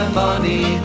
money